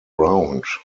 round